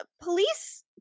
police